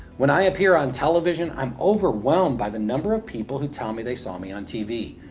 when i appear on television, i am overwhelmed by the number of people who tell me they saw me on tv.